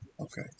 Okay